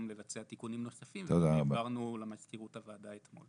לבצע תיקונים נוספים והעברנו למזכירות הוועדה אתמול.